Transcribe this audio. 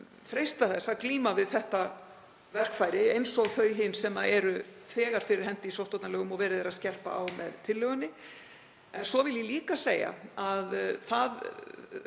freista þess að glíma við þetta verkfæri eins og þau hin sem eru þegar fyrir hendi í sóttvarnalögum og verið er að skerpa á með tillögunni. En svo vil ég líka segja að óháð